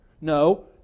No